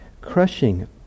crushing